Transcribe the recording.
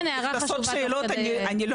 וזה לא